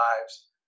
lives